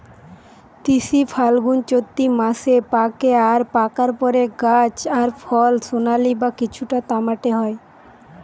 তিসি ফাল্গুনচোত্তি মাসে পাকে আর পাকার পরে গাছ আর ফল সোনালী বা কিছুটা তামাটে হয়